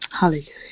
Hallelujah